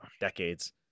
decades